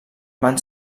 van